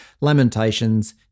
Lamentations